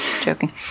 Joking